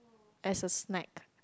as a snack